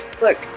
Look